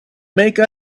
make